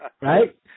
Right